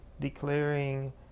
declaring